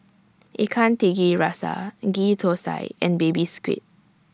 Ikan Tiga Rasa Ghee Thosai and Baby Squid